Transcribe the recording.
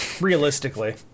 Realistically